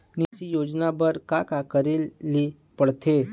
निराश्री योजना बर का का करे ले पड़ते?